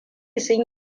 sun